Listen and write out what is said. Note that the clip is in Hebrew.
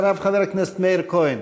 אחריו, חבר הכנסת מאיר כהן.